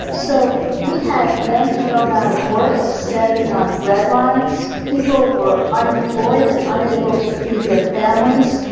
so we had men thrown out of work, standing on bread lines. people were unemployed and unable to feed their families.